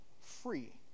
free